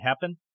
happen